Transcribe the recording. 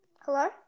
Hello